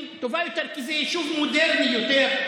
אני אומר,